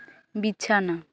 ᱵᱤᱪᱷᱟᱱᱟ